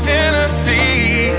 Tennessee